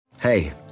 Hey